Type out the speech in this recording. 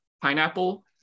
pineapple